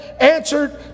answered